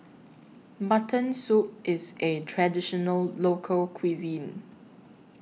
Mutton Soup IS A Traditional Local Cuisine